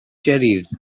cherries